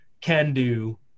can-do